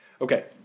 Okay